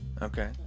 okay